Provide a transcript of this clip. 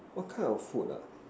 what kind of food ah